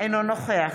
אינו נוכח